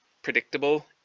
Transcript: predictable